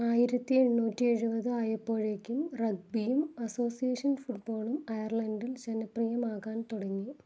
ആയിരത്തി എണ്ണൂറ്റി എഴുപത് ആയപ്പോഴേക്കും റഗ്ബിയും അസോസിയേഷൻ ഫുട്ബോളും അയർലൻഡിൽ ജനപ്രിയമാകാൻ തുടങ്ങി